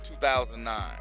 2009